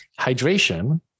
hydration